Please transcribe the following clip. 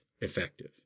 effective